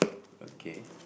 okay